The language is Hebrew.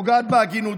ופוגעת בהגינות.